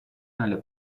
nelle